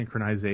synchronization